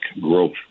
growth